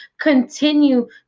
continue